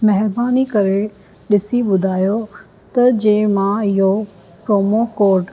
महिरबानी करे ॾिसी ॿुधायो त जंहिं मां इहो प्रोमो कोड